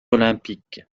olympiques